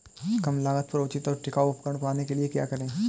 कम लागत पर उचित और टिकाऊ उपकरण पाने के लिए क्या करें?